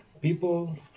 people